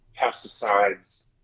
pesticides